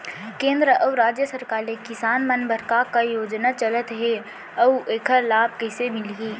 केंद्र अऊ राज्य सरकार ले किसान मन बर का का योजना चलत हे अऊ एखर लाभ कइसे मिलही?